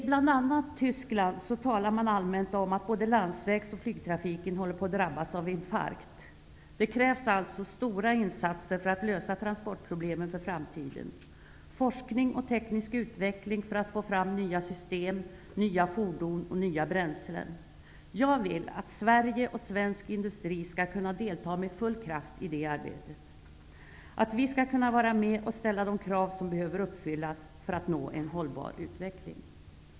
Bl.a. i Tyskland talas allmänt om att både landsvägs och flygtrafiken håller på att drabbas av infarkt. Det krävs alltså stora insatser för att lösa transportproblemen inför framtiden samt forskning och teknisk utveckling för att få fram nya system, nya fordon och nya bränslen. Jag vill att Sverige och svensk industri skall kunna delta med full kraft i detta arbete. Vi skall kunna vara med och ställa de krav som behöver uppfyllas för att nå en hållbar utveckling.